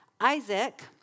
Isaac